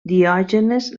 diògenes